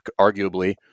arguably